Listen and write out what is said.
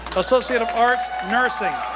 associate of arts, nursing,